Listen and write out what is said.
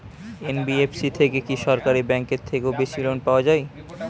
NBFC থেকে কি সরকারি ব্যাংক এর থেকেও বেশি লোন পাওয়া যায়?